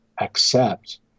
accept